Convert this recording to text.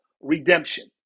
redemption